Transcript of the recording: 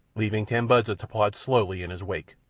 leaving tambudza to plod slowly in his wake.